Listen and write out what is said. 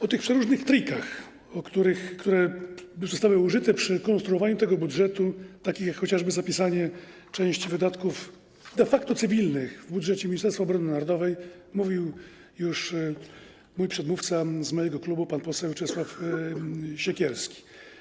O przeróżnych trikach, które zostały użyte przy konstruowaniu tego budżetu, takich jak chociażby zapisanie części wydatków de facto cywilnych w budżecie Ministerstwa Obrony Narodowej, mówił już mój przedmówca z mojego klubu pan poseł Czesław Siekierski.